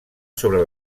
sobre